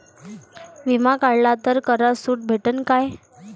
बिमा काढला तर करात सूट भेटन काय?